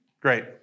Great